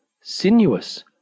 sinuous